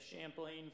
Champlain